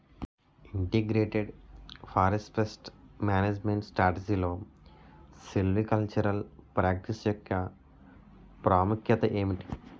Integrated forest pest management స్ట్రాటజీలో silvicultural practice యెక్క ప్రాముఖ్యత ఏమిటి??